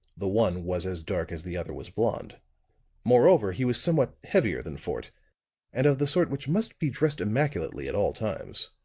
the one was as dark as the other was blond moreover, he was somewhat heavier than fort and of the sort which must be dressed immaculately at all times.